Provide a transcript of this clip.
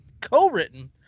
co-written